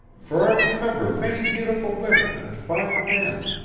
for i remember many beautiful women and fine men.